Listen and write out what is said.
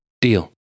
Deal